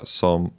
som